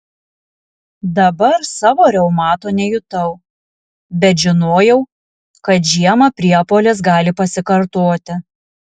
dabar savo reumato nejutau bet žinojau kad žiemą priepuolis gali pasikartoti